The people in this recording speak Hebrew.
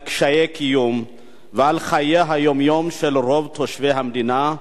על קשיי קיום ועל חיי היום-יום של רוב תושבי המדינה,